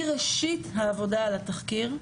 מראשית העבודה על התחקיר.